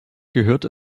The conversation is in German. gehört